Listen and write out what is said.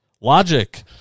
Logic